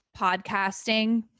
podcasting